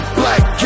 black